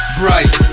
bright